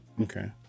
Okay